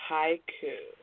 Haiku